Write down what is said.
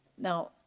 Now